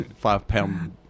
five-pound